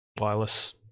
wireless